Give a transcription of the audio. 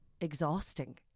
exhausting